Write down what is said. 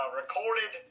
recorded